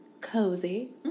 cozy